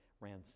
Ran